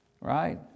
right